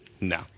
No